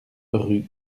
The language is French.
rue